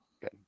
good